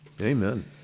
Amen